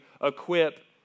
equip